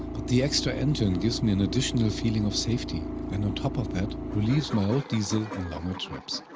but the extra engine gives me an additional feeling of safety and on top of that, relieves my old diesel on longer trips.